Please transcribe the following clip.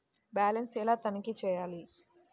Balance ఎలా తనిఖీ చేయాలి?